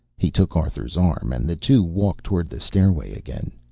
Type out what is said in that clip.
he took arthur's arm, and the two walked toward the stairway again.